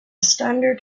standard